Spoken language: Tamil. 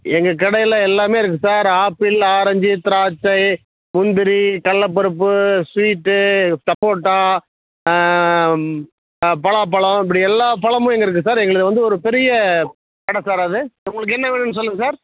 எங்கள் கடையில் எல்லாமே இருக்குது சார் ஆப்பிள் ஆரஞ்சு திராட்சை முந்திரி கடலப்பருப்பு ஸ்வீட்டு சப்போட்டா பலாப்பழம் இப்படி எல்லா பழமும் இங்கே இருக்குது சார் எங்களுது வந்து ஒரு பெரிய கடை சார் அது உங்களுக்கு என்ன வேணும்ன்னு சொல்லுங்கள் சார்